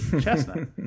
Chestnut